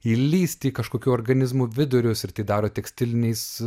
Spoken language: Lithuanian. įlįsti į kažkokių organizmų vidurius ir tai daro tekstiliniais